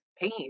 pain